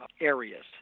areas